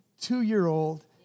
two-year-old